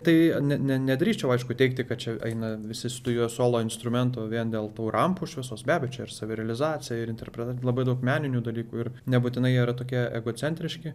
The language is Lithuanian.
tai ne ne nedrįsčiau aišku teigti kad čia aina visi stujuoja solo instrumento vien dėl tų rampų šviesos be abejo čia ir savirealizacija ir interpreta labai daug meninių dalykų ir nebūtinai jie yra tokie egocentriški